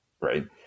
right